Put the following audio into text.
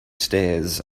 stairs